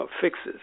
Fixes